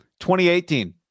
2018